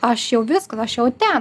aš jau viskas aš jau ten